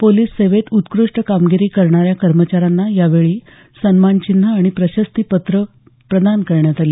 police सेवेत उत्कृष्ट कामगिरी करणाऱ्या कर्मचाऱ्यांना यावेळी सन्मान चिन्ह आणि प्रशस्ती पत्रं प्रदान करण्यात आली